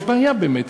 יש בעיה, באמת.